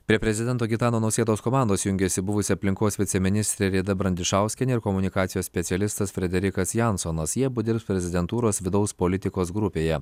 prie prezidento gitano nausėdos komandos jungiasi buvusi aplinkos viceministrė rėda brandišauskienė ir komunikacijos specialistas frederikas jansonas jie abu dirbs prezidentūros vidaus politikos grupėje